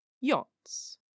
yachts